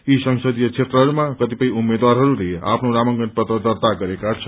यी संसदीय क्षेत्रहरूमा कतिपय उम्मेद्वारहरूले आफ्नो नामाकंन पत्र दर्त्ता गरेका छन्